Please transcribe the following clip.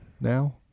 now